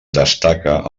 destaca